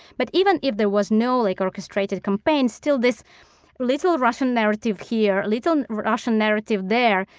but even if there was no like orchestrated campaign, still this little russian narrative here, little russian narrative there,